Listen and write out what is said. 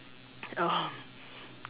um